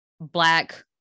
Black